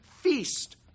feast